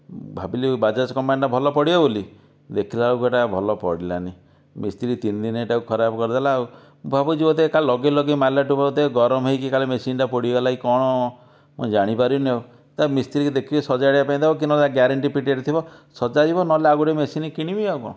ଭାବିଲି ବାଜାଜ କମ୍ପାନୀଟା ଭଲ ପଡ଼ିବ ବୋଲି ଦେଖିଲା ବେଳକୁ ଏଟା ଭଲ ପଡ଼ିଲାନି ମିସ୍ତ୍ରୀ ତିନି ଦିନେ ଏଟାକୁ ଖରାପ କରିଦେଲା ଆଉ ଭାବୁଛି ବୋଧେ ଏଇଟା ଲଗାଇ ଲଗାଇ ମାରିଲାଠୁ ବୋଧେ ଗରମ ହୋଇକି କାଳେ ମେସିନ୍ଟା ପୋଡ଼ିଗଲା କି କ'ଣ ମୁଁ ଜାଣିପାରିନି ତା ମିସ୍ତ୍ରୀକୁ ଦେଖିକି ସଜାଡ଼ିବାକୁ ଦେବ କି ଗ୍ୟାରେଣ୍ଟି ପିରିୟଡ଼୍ରେ ଥିବ ସଜାଡ଼ିବ ନହେଲେ ଆଉ ଗୋଟେ ମେସିନ୍ କିଣିବି ଆଉ କ'ଣ